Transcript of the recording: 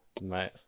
mate